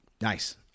Nice